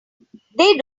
they